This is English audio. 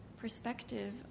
perspective